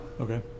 Okay